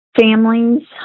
Families